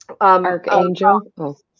Archangel